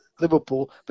Liverpool